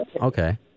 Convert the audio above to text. okay